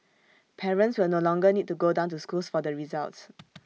parents will no longer need to go down to schools for the results